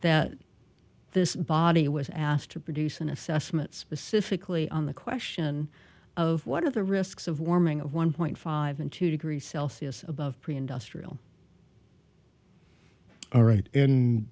that this body was asked to produce an assessment specifically on the question of what are the risks of warming of one point five and two degrees celsius above pre industrial all right and